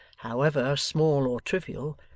however, small or trivial,